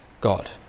God